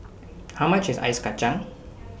How much IS Ice Kacang